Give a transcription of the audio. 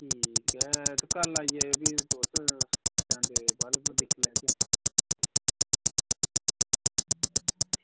ठीक ऐ ते भी तुस कल्ल आई जायो संडे बल्ब चलो दिक्खी लैगे